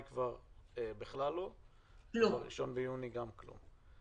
הכל היה בסדר, ללא תלונות, עד שיצאתי לחל"ת.